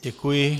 Děkuji.